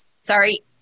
sorry